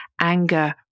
anger